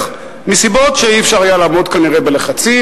מסיבות שאי-אפשר היה כנראה לעמוד בלחצים,